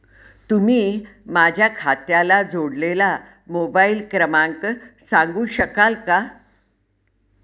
तुम्ही माझ्या खात्याला जोडलेला मोबाइल क्रमांक सांगू शकाल का?